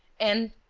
and,